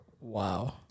Wow